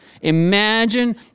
Imagine